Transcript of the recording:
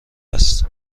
است